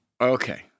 Okay